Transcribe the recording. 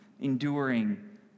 enduring